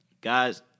Guys